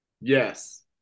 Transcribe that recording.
Yes